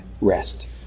rest